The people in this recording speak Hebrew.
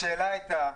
השאלה הייתה: